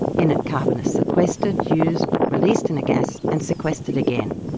in it carbon is sequestered, used, released in a gas and sequestered again.